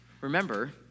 Remember